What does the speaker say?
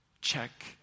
check